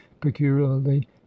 peculiarly